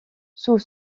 sous